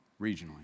regionally